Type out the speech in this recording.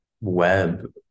web